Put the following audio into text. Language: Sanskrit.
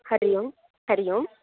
हरियोम् हरियोम्